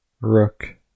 Rook